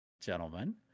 gentlemen